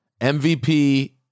MVP